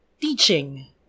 teaching